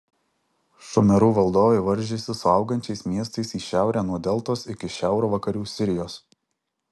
šumerų valdovai varžėsi su augančiais miestais į šiaurę nuo deltos iki šiaurvakarių sirijos